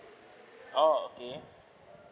oh okay